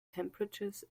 temperatures